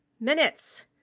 minutes